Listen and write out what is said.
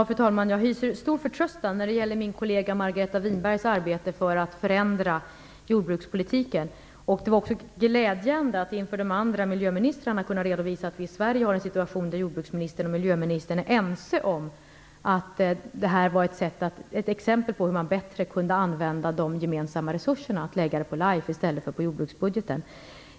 Fru talman! Jag hyser stor förtröstan när det gäller min kollega Margareta Winbergs arbete för att förändra jordbrukspolitiken. Det var också glädjande att inför de andra miljöministrarna kunna redovisa att vi i Sverige har en situation där jordbruksministern och miljöministern är ense om att detta är ett exempel på hur man bättre kunde använda de gemensamma resurserna, att lägga dem på LIFE i stället för på jordbruket.